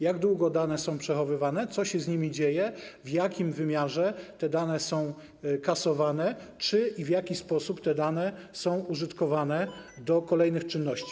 Jak długo dane są przechowywane, co się z nimi dzieje, w jakim wymiarze te dane są kasowane, czy w i jaki sposób te dane są użytkowane w ramach kolejnych czynności?